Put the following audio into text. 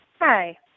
Hi